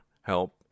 help